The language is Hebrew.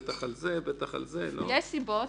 בטח על --- יש סיבות,